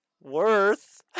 worth